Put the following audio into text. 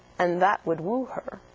and that would woo her.